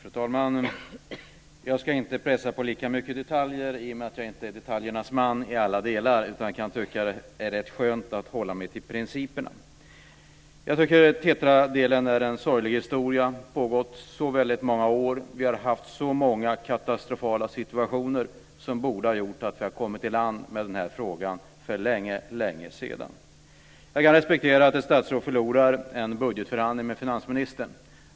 Fru talman! Jag ska inte pressa ministern på lika mycket detaljer, i och med att jag inte är detaljernas man i alla delar. Jag kan tycka att det är rätt skönt att hålla mig till principerna. Jag tycker att det här med TETRA är en sorglig historia. Den har pågått så väldigt många år och vi har haft så många katastrofala situationer att vi borde ha kommit i land med den här frågan för länge sedan. Jag kan respektera att ett statsråd förlorar en budgetförhandling med finansministern.